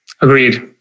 Agreed